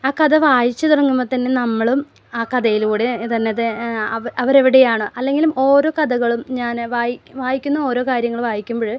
ആ കഥ വായിച്ച് തുടങ്ങുമ്പം തന്നെ നമ്മളും ആ കഥയിലൂടെ ഇതെന്നെത് അവരെവിടെയാണ് അല്ലെങ്കിലും ഓരോ കഥകളും ഞാൻ വായി വായിക്കുന്ന ഓരോ കാര്യങ്ങളും വായിക്കുമ്പോൾ